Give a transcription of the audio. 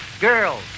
girls